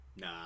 Nah